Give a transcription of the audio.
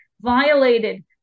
violated